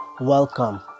Welcome